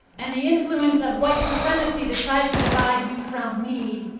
and the influence of white supremacy that tries to divide you from me